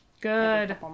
Good